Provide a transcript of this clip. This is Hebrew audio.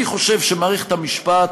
אני חושב שמערכת המשפט